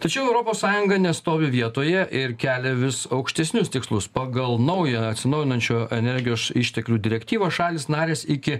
tačiau europos sąjunga nestovi vietoje ir kelia vis aukštesnius tikslus pagal naują atsinaujinančių energijos š išteklių direktyvą šalys narės iki